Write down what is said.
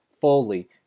fully